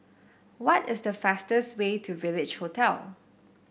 what is the fastest way to Village Hotel